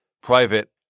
private